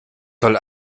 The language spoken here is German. soll